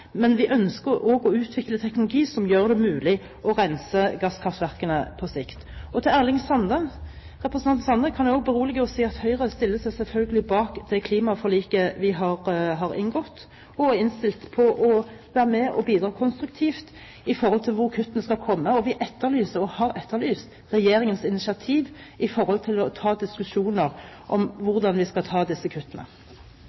men vi ønsker også å utvikle tekologi som gjør det mulig å rense gasskraftverkene på sikt. Representanten Erling Sande kan jeg berolige med å si at Høyre stiller seg selvfølgelig bak det klimaforliket vi har inngått, og vi er innstilt på å være med og bidra konstruktivt med tanke på hvor kuttene skal komme. Vi etterlyser – og har etterlyst – regjeringens initiativ til å ta diskusjoner om